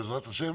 בעזרת השם.